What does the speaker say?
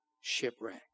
shipwreck